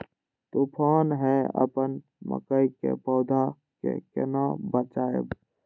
तुफान है अपन मकई के पौधा के केना बचायब?